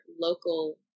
local